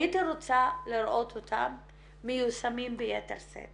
הייתי רוצה לראות אותם מיושמים ביתר שאת